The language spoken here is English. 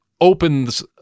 opens